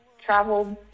traveled